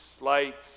lights